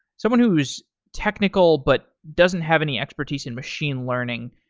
someone who is technical, but doesn't have any expertise in machine learning,